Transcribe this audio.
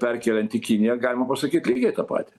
perkeliant į kiniją galima pasakyti lygiai tą patį